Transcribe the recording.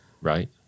Right